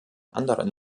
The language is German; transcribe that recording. anderen